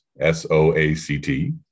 S-O-A-C-T